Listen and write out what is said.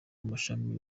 amashami